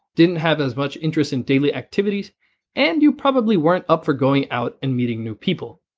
didn't have as much interest in daily activities and you probably weren't up for going out and meeting new people.